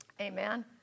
Amen